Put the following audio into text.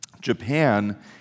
Japan